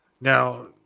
Now